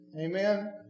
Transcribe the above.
Amen